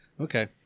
Okay